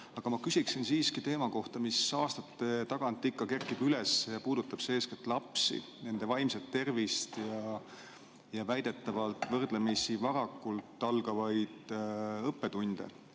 Aga ma küsin siiski teema kohta, mis aastate tagant ikka üles kerkib. See puudutab eeskätt lapsi, nende vaimset tervist ja väidetavalt võrdlemisi varakult algavaid õppetunde